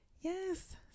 Yes